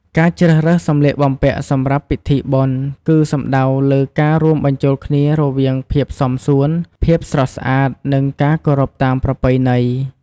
ការជ្រើសរើសសម្លៀកបំពាក់សម្រាប់ពិធីបុណ្យ គឺសំដៅលើការរួមបញ្ចូលគ្នារវាងភាពសមសួន ភាពស្រស់ស្អាត និងការគោរពតាមប្រពៃណី។